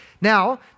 Now